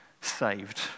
saved